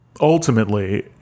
ultimately